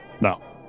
No